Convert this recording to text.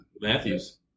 Matthews